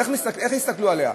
איך יסתכלו עליה?